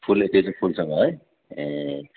फुल्ने त्यो चाहिँ फुलसँग है ए